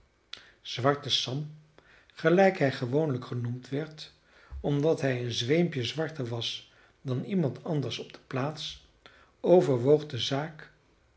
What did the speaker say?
zwarte sam gelijk hij gewoonlijk genoemd werd omdat hij een zweempje zwarter was dan iemand anders op de plaats overwoog de zaak